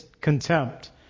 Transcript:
contempt